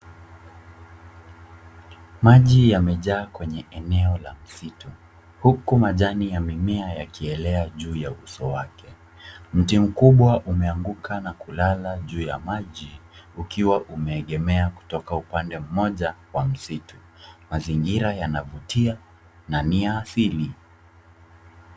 Maji yamejaa kwenye eneo la msitu huku majani yamemea yakielea juu ya uso wake. Mti mkubwa umeanguka na kulala juu ya maji ukiwa umeegemea kutoka upande mmoja wa msitu. Mazingira yanavutia na ni ya asili.